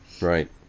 Right